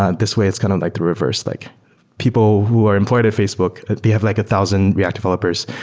ah this way it's kind of like the reverse. like people who are employed at facebook, they have like a thousand react developers.